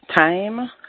time